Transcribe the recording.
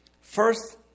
first